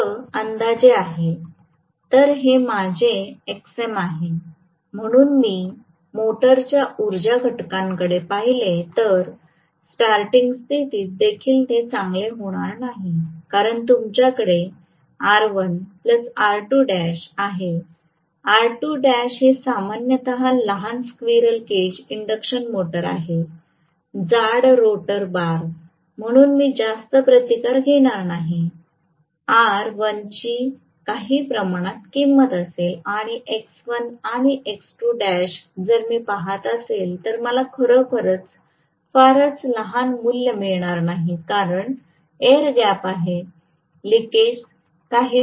हे खरं अंदाजे आहे तर हे माझे Xm आहे म्हणून मी मोटरच्या उर्जा घटकाकडे पाहिले तर स्टार्टींग स्थितीत देखील ते चांगले होणार नाही कारण तुमच्याकडे R1R2l आहे R2l हे सामान्यत लहान स्क्विरल केज इंडक्शन मोटर्स आहे जाड रोटर बार म्हणून मी जास्त प्रतिकार घेणार नाही आर 1 ची काही प्रमाणात किंमत असेल आणि X1 आणि X2l जर मी पहात असेल तर मला खरोखर फारच लहान मूल्य मिळणार नाही कारण एअर गॅप आहे लिकेज काहीसे असणार आहे